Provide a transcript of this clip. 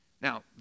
Now